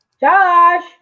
Josh